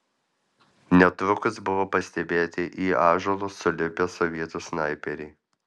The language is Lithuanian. netrukus buvo pastebėti į ąžuolus sulipę sovietų snaiperiai